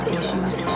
issues